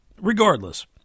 regardless